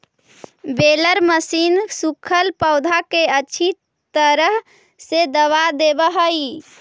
baler machine सूखल पौधा के अच्छी तरह से दबा देवऽ हई